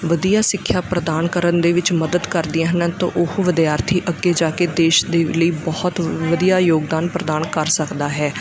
ਵਧੀਆ ਸਿੱਖਿਆ ਪ੍ਰਦਾਨ ਕਰਨ ਦੇ ਵਿੱਚ ਮੱਦਦ ਕਰਦੀਆਂ ਹਨ ਤਾਂ ਉਹ ਵਿਦਿਆਰਥੀ ਅੱਗੇ ਜਾ ਕੇ ਦੇਸ਼ ਦੇ ਲਈ ਬਹੁਤ ਵਧੀਆ ਯੋਗਦਾਨ ਪ੍ਰਦਾਨ ਕਰ ਸਕਦਾ ਹੈ